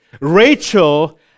Rachel